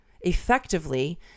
effectively